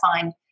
find